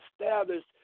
established